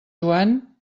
joan